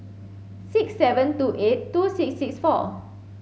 six seven two eight two six six four